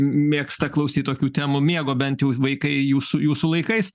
mėgsta klausyt tokių temų mėgo bent jau vaikai jūsų jūsų laikais